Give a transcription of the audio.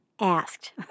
asked